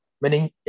Meaning